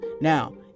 Now